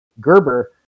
Gerber